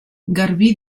garbí